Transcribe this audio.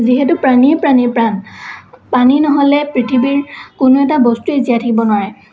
যিহেতু পানীয়েই প্ৰাণীৰ প্ৰাণ পানী নহ'লে পৃথিৱীৰ কোনো এটা বস্তুৱেই জীয়াই থাকিব নোৱাৰে